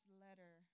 letter